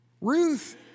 Ruth